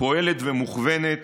פועלת ומוכוונת